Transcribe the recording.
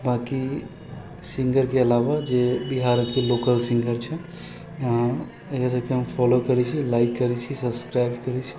बाकी सिंगरके अलावा जे बिहारके लोकल सिंगर छै यहाँ एकर सबके हम फॉलो करै छी लाइक करै छी सब्सक्राइब करै छी